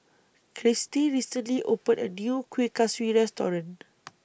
Kristy recently opened A New Kuih Kaswi Restaurant